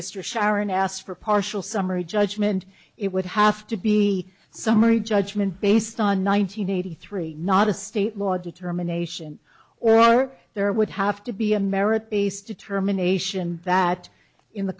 mr sharon asked for a partial summary judgment it would have to be summary judgment based on one nine hundred eighty three not a state law determination or are there would have to be a merit based determination that in the